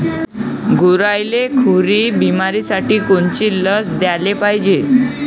गुरांइले खुरी बिमारीसाठी कोनची लस द्याले पायजे?